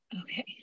Okay